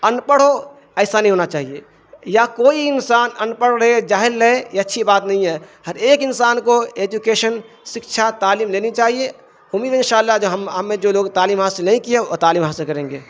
ان پڑھ ہو ایسا نہیں ہونا چاہیے یا کوئی انسان ان پڑھ رہے جاہل رہے یہ اچھی بات نہیں ہے ہر ایک انسان کو ایجوکیشن سکچھا تعلیم لینی چاہیے حمید انشاء اللہ جو ہم ہم نے جو لوگ تعلیم حاصل نہیں کیا ہے وہ تعلیم حاصل کریں گے